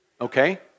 okay